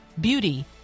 beauty